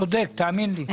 צודק, תאמין לי.